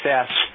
success